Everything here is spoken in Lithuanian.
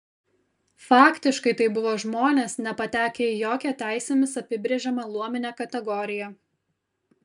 faktiškai tai buvo žmonės nepatekę į jokią teisėmis apibrėžiamą luominę kategoriją